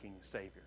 Savior